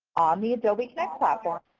the adobe connect platform,